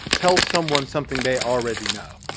tell someone something they already know.